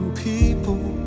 people